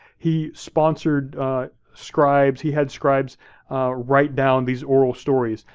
he sponsored scribes, he had scribes write down these oral stories.